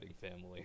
family